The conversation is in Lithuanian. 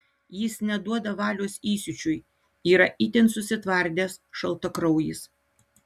jis neduoda valios įsiūčiui yra itin susitvardęs šaltakraujis